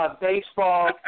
Baseball